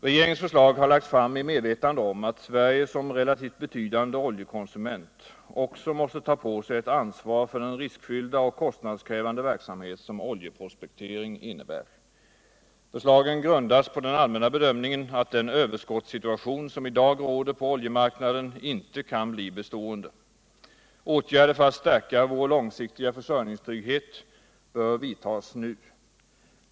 Regeringens förslag har lagts fram i medvetande om att Sverige som relativt betydande oljekonsumenti också måste ta på sig ett ansvar för den riskfyllda och kostnadskrävande verksamhet som oljeprospektering innebär. Förslagen grundas på den allmänna bedömningen att den överskottssituation som i dag råder på oljemarknaden inte kan bli bestående. Åtgärder för att stärka vår långsiktiga försörjningstrygghet bör vidtas nu.